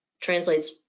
translates